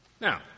Now